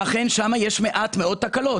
אכן, שם יש מעט מאוד תקלות.